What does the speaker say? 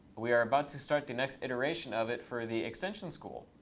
we are about to start the next iteration of it for the extension school.